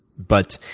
but